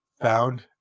found